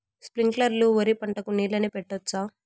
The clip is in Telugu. స్ప్రింక్లర్లు లో వరి పంటకు నీళ్ళని పెట్టొచ్చా?